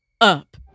up